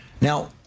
Now